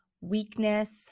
weakness